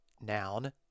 noun